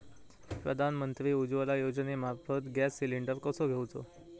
प्रधानमंत्री उज्वला योजनेमार्फत gas cylinder कसो घेऊचो?